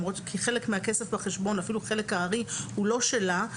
כי חלק הארי מן הכסף בחשבון הוא לא שלה,